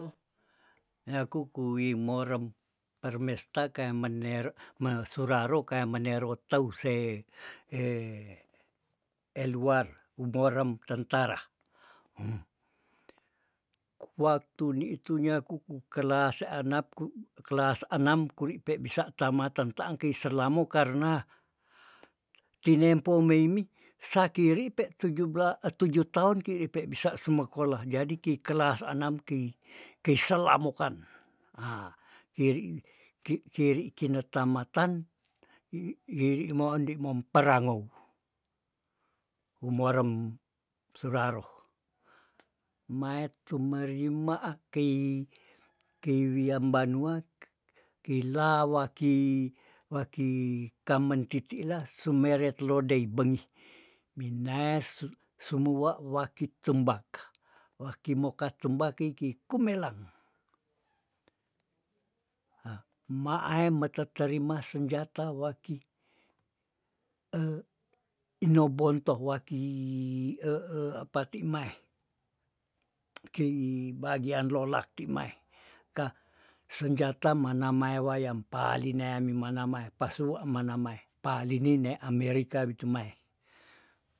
Nyaku kuim morem permesta kayang mener mesuraru kaya menerot teu se eluar umorem tentara, hm kuak tuni ih tuniyaku kukelas seanapku kelas anam kuri pe bisa tamatan taangkei selamo karna tinempo meimi sakiripe tuju bla eh tuju taon ke depe bisa semekolah jadi keikela so anam kei- kei sela mokan ah yeri, ki keri ikinot tamatan iiyeri moande momperangou humorem suraroh mae tumerima ah kei- kei wiam banuak kei lawaki- waki kamen titilah sumeret lodei bengih minaes su- sumuwa waki tembak, waki moka tembak iki kumelang, hah ma ae mete terima senjata waki inobonto waki apa ti maeh kei bagian lolak ki mae ka senjata mana mae wayam palinea mimana mae pasuwu mana mae palinine ambe rika bitumae.